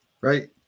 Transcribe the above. Right